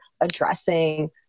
addressing